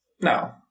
no